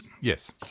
yes